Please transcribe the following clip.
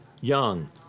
young